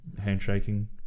handshaking